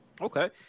Okay